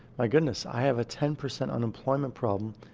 my goodness, i have a ten percent unemployment problem.